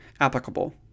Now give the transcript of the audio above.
applicable